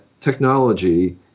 technology